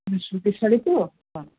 এমনি সুতির শাড়ি তো হ্যাঁ